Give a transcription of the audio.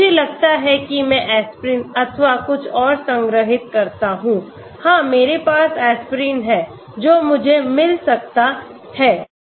मुझे लगता है कि मैं एस्पिरिन अथवा कुछ और संग्रहीत करता हूं हाँ मेरे पास एस्पिरिन है जो मुझे मिल सकता है